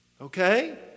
Okay